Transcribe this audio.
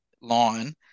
line